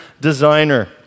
designer